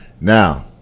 Now